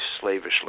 slavishly